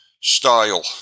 style